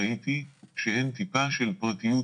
ראיתי שאין טיפה של פרטיות.